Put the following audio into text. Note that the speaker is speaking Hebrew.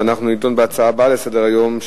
ונדון בהצעה הבאה לסדר-היום,